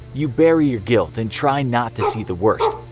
you bury your guilt, and try not to see the worst.